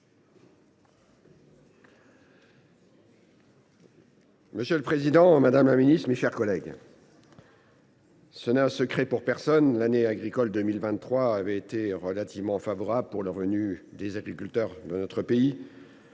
Monsieur le président, madame la ministre, mes chers collègues, ce n’est un secret pour personne, l’année agricole 2023 avait été relativement favorable pour le revenu des agriculteurs de notre pays.